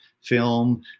film